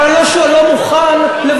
אבל אני לא מוכן לוותר.